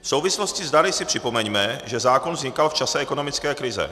V souvislosti s dary si připomeňme, že zákon vznikal v čase ekonomické krize.